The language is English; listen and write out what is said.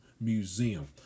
Museum